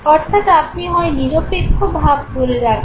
অর্থাৎ আপনি হয় নিরপেক্ষ ভাব ধরে রাখলেন